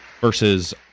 versus